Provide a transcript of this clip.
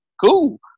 cool